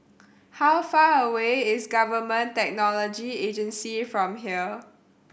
how far away is Government Technology Agency from here